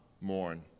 mourn